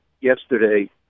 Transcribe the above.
yesterday